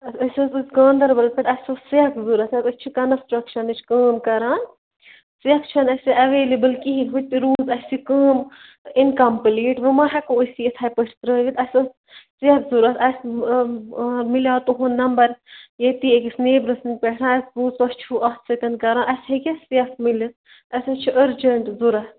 أسۍ حظ أسۍ گانٛدَربَل پٮ۪ٹھ اسہِ ٲس سیٚکھ ضروٗرت حظ أسۍ چھِ کَنسٹرٛکشَنٕچ کٲم کَران سیٚکھ چھَنہٕ اسہِ ایٚویلیبٕل کِہیٖنۍ ہوٚتہِ روٗز اسہِ یہِ کٲم اِنکَمپٕلیٖٹ وۄنۍ ما ہیٚکو أسۍ یہِ یِتھٔے پٲٹھۍ ترٛٲیِتھ اسہِ ٲس سیٚکھ ضروٗرت اسہِ ٲں میلیٛاو تُہنٛد نمبر ییٚتی أکِس نیبرٕ سٕنٛدۍ پٮ۪ٹھ حظ اسہِ بوٗز تُہۍ چھُو اَتھ سۭتۍ کران اسہِ ہیٚکیٛاہ سیٚکھ میٖلِتھ اسہِ حظ چھِ أرجیٚنٛٹ ضروٗرت